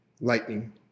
lightning